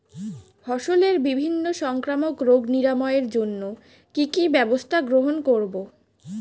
ফসলের বিভিন্ন সংক্রামক রোগ নিরাময়ের জন্য কি কি ব্যবস্থা গ্রহণ করব?